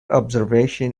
observation